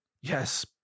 yes